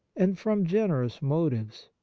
and from generous motives.